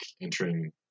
entering